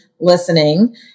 listening